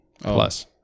plus